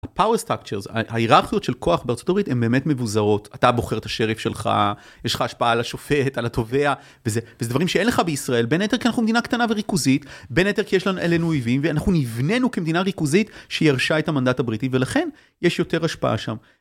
ה-power structures, ההיררכיות של כוח בארצות הברית הם באמת מבוזרות. אתה בוחר את השריף שלך, יש לך השפעה על השופט, על התובע וזה, וזה דברים שאין לך בישראל. בין היתר כי אנחנו מדינה קטנה וריכוזית. בין היתר כי יש עלינו אויבים ואנחנו נבננו כמדינה ריכוזית שהיא ירשה את המנדט הבריטי ולכן יש יותר השפעה שם.